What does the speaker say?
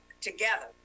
together